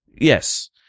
Yes